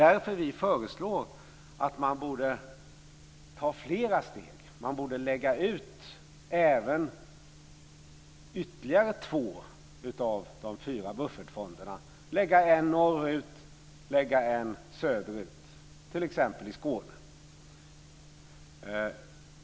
Därför föreslår vi att man borde ta flera steg. Man borde lägga ut ytterligare två av de fyra buffertfonderna, och lägga en norrut och en söderut, t.ex. i Skåne.